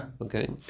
Okay